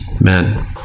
men